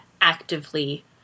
actively